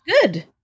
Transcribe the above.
good